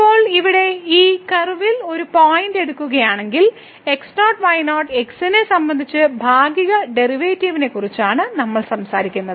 ഇപ്പോൾ ഇവിടെ ഈ കർവിൽ ഒരു പോയിന്റ് എടുക്കുകയാണെങ്കിൽ x0 y0 x നെ സംബന്ധിച്ച് ഭാഗിക ഡെറിവേറ്റീവിനെക്കുറിച്ചാണ് നമ്മൾ സംസാരിക്കുന്നത്